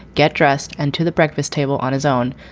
get dressed and to the breakfast table on his own.